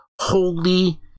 holy